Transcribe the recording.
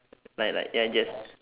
like like ya just